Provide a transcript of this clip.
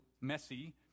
messy